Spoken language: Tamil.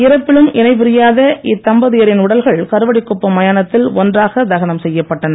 இறப்பிலும் இணை பிரியாத இத்தம்பதியரின் உடல்கள் கருவடிக்குப்பம் மயானத்தில் ஒன்றாக தகனம் செய்யப்பட்டன